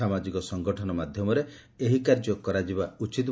ସାମାଜିକ ସଂଗଠନ ମାଧ୍ଧମରେ ଏହି କାର୍ଯ୍ୟ କରାଯିବା ଉଚିତ୍